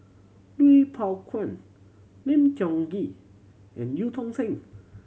Lui Pao Chuen Lim Tiong Ghee and Eu Tong Sen